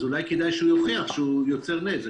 אולי כדאי שהוא יוכיח שהוא יוצר נזק.